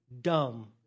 dumb